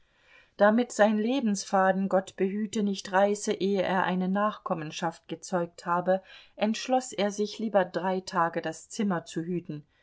damit sein lebensfaden gott behüte nicht reiße ehe er eine nachkommenschaft gezeugt habe entschloß er sich lieber drei tage das zimmer zu hüten